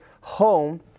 home